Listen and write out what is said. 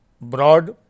broad